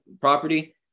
property